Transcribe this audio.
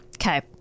Okay